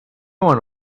want